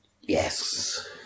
Yes